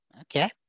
okay